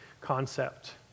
concept